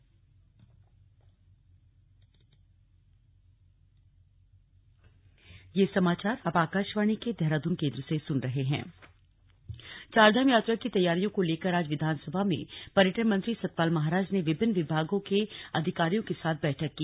slug Char Dham बैठक चारधाम यात्रा की तैयारियों को लेकर आज विधानभवन में पर्यटन मंत्री सतपाल महाराज ने विभिन्न विभागों के अधिकारियों के साथ बैठक की